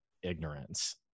ignorance